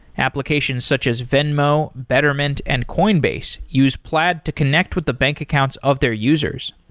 applications such as venmo, betterment and coinbase use plaid to connect with the bank accounts of their users.